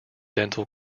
dental